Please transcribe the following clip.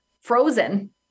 frozen